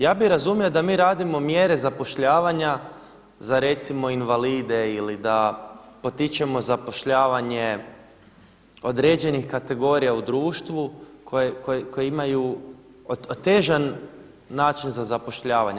Ja bih razumio da mi radimo mjere zapošljavanja za recimo invalide ili da potičemo zapošljavanje određenih kategorija u društvu koje imaju otežan način zapošljavanja.